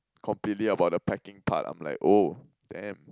completely about the packing part I'm like oh damn